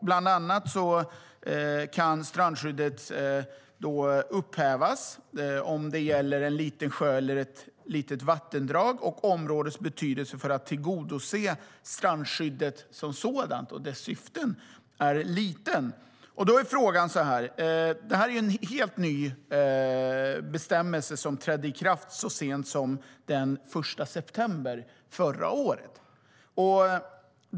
Bland annat kan strandskyddet upphävas om det gäller en liten sjö eller ett litet vattendrag och områdets betydelse för att tillgodose strandskyddet som sådant och dess syften är litet. Det är en helt ny bestämmelse som trädde i kraft så sent som den 1 september förra året.